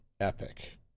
epic